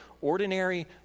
ordinary